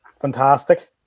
Fantastic